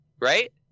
right